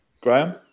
Graham